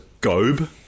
GOBE